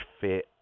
fit